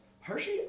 Hershey